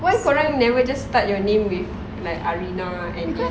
why korang never just start your name with like arina and diana